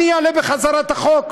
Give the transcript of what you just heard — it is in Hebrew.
אני אעלה בחזרה את החוק,